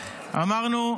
אמרנו,